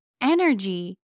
energy